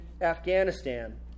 Afghanistan